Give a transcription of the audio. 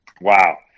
Wow